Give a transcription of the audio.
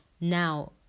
now